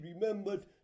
remembered